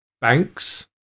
banks